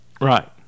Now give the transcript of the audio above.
Right